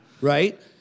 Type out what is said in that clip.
right